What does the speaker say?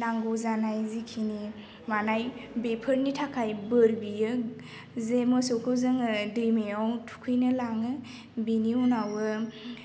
नांगौ जानाय जिखिनि मानाय बेफोरनि थाखाय बोर बियो जे मोसौखौ जोङो दैमायाव थुखैनो लाङो बिनि उनावबो